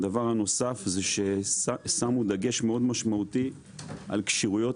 הדבר הנוסף זה ששמו דגש מאוד משמעותי על כשירויות